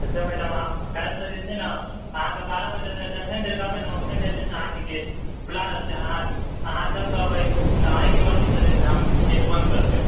अच्छा मैडम आब कयल सॅं जे छै ने अहाँके बारह बजे जखन धरि कहबै ने ओखन धरि अहाँकेॅं गेट खुला रहतै अहाँ जब कहबै तऽ अहिंक मर्ज़ी सॅं जे छै से हम गेट बन्द करबै